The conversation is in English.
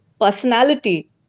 personality